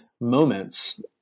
moments